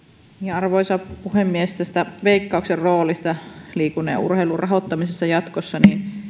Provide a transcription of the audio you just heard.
arvoisa puhemies tästä veikkauksen roolista liikunnan ja urheilun rahoittamisessa jatkossa